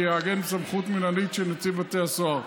שיעגן סמכות מינהלית של נציב בתי הסוהר,